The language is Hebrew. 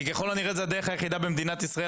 כי ככל הנראה זאת הדרך היחידה להזיז משהו במדינת ישראל,